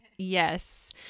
Yes